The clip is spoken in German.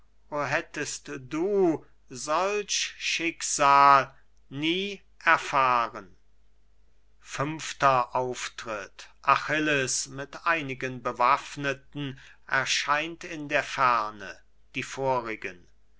hättest du solch schicksal nie erfahren achilles mit einigen bewaffneten erscheint in der ferne die vorigen